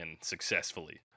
successfully